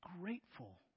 grateful